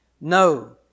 No